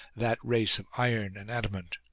that race of iron and adamant.